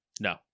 no